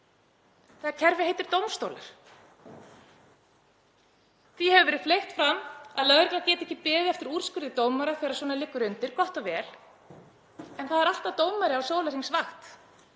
Það kerfi heitir dómstólar. Því hefur verið fleygt fram að lögregla geti ekki beðið eftir úrskurði dómara þegar svona liggur undir. Gott og vel. En það er alltaf dómari á sólarhringsvakt